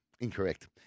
Incorrect